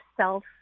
self